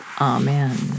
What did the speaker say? Amen